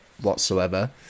whatsoever